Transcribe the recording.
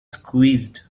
squeezed